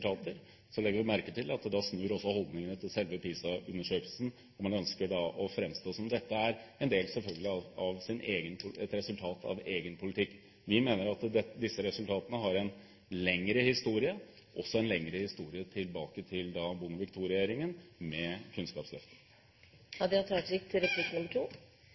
legger vi merke til at da snur også holdningene til selve PISA-undersøkelsen; da ønsker man å fremstå som om dette, selvfølgelig, er et resultat av egen politikk. Vi mener at disse resultatene har en lengre historie – også en lengre historie enn tilbake til Bondevik II-regjeringen med